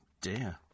Dear